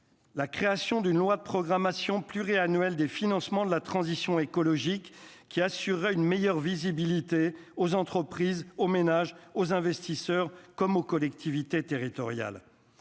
La création d'une loi de programmation pluriannuelle des financements de la transition écologique qui assurerait une meilleure visibilité aux entreprises et aux ménages, aux investisseurs comme aux collectivités territoriales